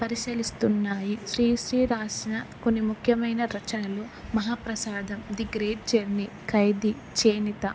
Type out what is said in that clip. పరిశీలిస్తున్నాయి శ్రీ శ్రీ రాసిన కొన్ని ముఖ్యమైన రచనలు మహాప్రసాదం ది గ్రేట్ జర్నీ ఖైదీ చేనిత